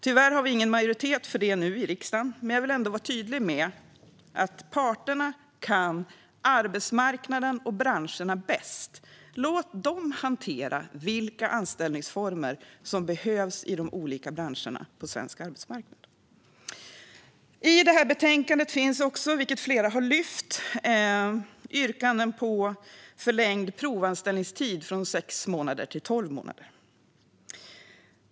Tyvärr har vi ingen majoritet för det i riksdagen nu, men jag vill ändå vara tydlig med att parterna kan arbetsmarknaden och branscherna bäst. Låt dem hantera vilka anställningsformer som behövs i de olika branscherna på svensk arbetsmarknad! I detta betänkande finns också, vilket flera har lyft fram, yrkanden om förlängd provanställningstid från sex till tolv månader.